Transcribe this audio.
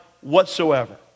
whatsoever